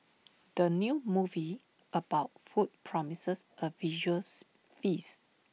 the new movie about food promises A visuals feast